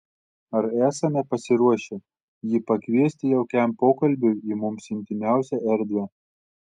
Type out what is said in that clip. ar esame pasiruošę jį pakviesti jaukiam pokalbiui į mums intymiausią erdvę